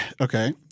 okay